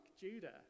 Judah